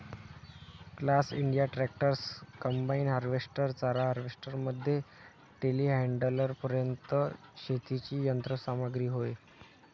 class India tractors, combine harvester, चारा harvester मध्ये टेलीहँडलरपर्यंत शेतीची यंत्र सामग्री होय